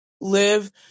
live